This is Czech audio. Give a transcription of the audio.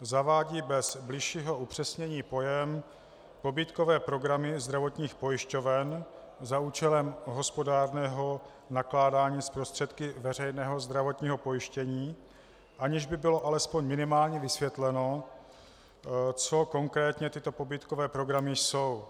Zavádí bez bližšího upřesnění pojem pobídkové programy zdravotních pojišťoven za účelem hospodárného nakládání s prostředky veřejného zdravotního pojištění, aniž by bylo alespoň minimálně vysvětleno, co konkrétně tyto pobídkové programy jsou.